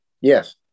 Yes